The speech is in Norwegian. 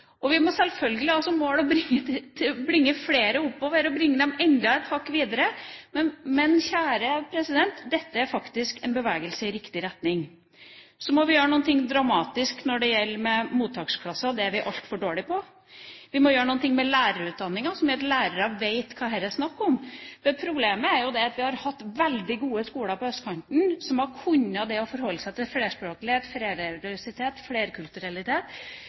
Vi må selvfølgelig ha som mål å bringe flere oppover, og å bringe dem enda et hakk videre. Men – kjære president – dette er faktisk en bevegelse i riktig retning. Så må vi gjøre noe dramatisk når det gjelder mottaksklasser. Det er vi altfor dårlige på. Vi må gjøre noe med lærerutdanninga som gjør at lærere vet hva det er snakk om. Problemet er jo at vi har hatt veldig gode skoler på østkanten som har kunnet det å forholde seg til flerspråklighet,